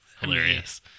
hilarious